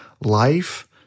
life